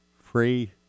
free